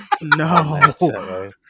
No